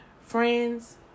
friends